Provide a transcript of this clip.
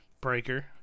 Breaker